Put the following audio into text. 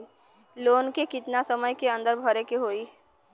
Loan के कितना समय के अंदर भरे के होई?